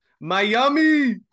miami